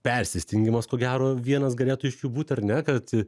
persistengimas ko gero vienas galėtų iš jų būt ar ne kad